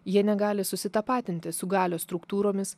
jie negali susitapatinti su galios struktūromis